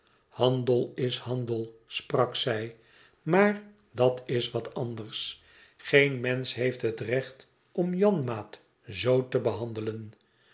handel is handel sprak zij imaar dat is wat anders geen mensch beeft het recht om janmaat zoo te behandelen